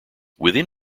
within